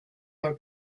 are